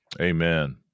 Amen